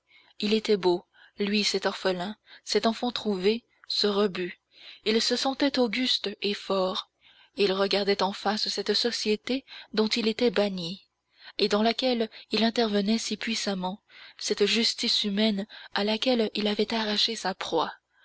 il était beau lui cet orphelin cet enfant trouvé ce rebut il se sentait auguste et fort il regardait en face cette société dont il était banni et dans laquelle il intervenait si puissamment cette justice humaine à laquelle il avait arraché sa proie